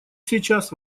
сейчас